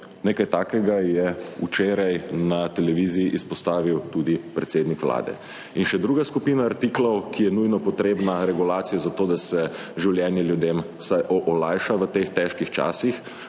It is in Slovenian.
Nekaj takega je včeraj na televiziji izpostavil tudi predsednik vlade. In še druga skupina artiklov, ki je nujno potrebna regulacije zato, da se življenje ljudem vsaj olajša v teh težkih časih,